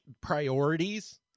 priorities